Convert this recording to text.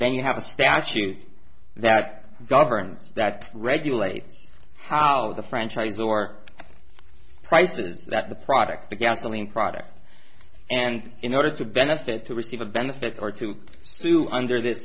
then you have a statute that governs that regulates how the franchise or price is that the product the gasoline product and in order to benefit to receive a benefit or to sue under th